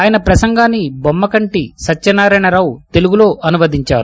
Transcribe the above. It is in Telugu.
ఆయన ప్రపసంగాన్ని బొమ్మకంటి సత్యనారాయణ తెలుగులో అనువదించారు